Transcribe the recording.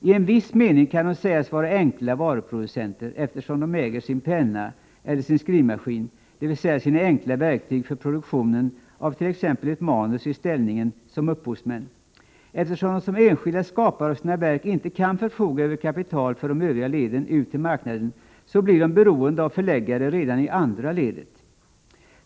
I en viss mening kan de sägas vara enkla varuproducenter, eftersom de äger sin penna eller sin skrivmaskin, dvs. sina enkla verktyg för produktionen av t.ex. ett manuskript i ställningen som upphovsmän. Eftersom de som enskilda skapare av sina verk inte kan förfoga över kapital för de övriga leden ut till marknaden, blir de beroende av förläggare redan i andra ledet.